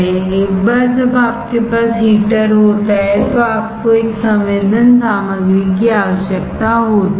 एक बार जब आपके पास हीटर होता है तो आपको एक संवेदन सामग्री की आवश्यकता होती है